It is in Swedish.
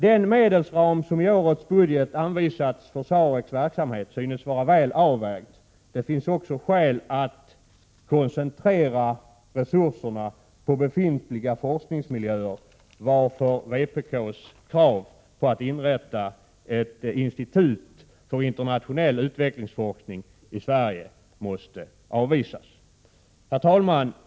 Den medelsram som i årets budget anvisats för SAREC:s verksamhet synes vara väl avvägd. Det finns också skäl att koncentrera resurserna till befintliga forskningsmiljöer, varför vpk:s krav på att inrätta ett institut för internationell utvecklingsforskning i Sverige måste avvisas. Herr talman!